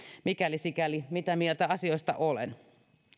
mitä mieltä asioista olen